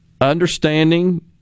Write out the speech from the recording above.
understanding